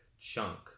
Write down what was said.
chunk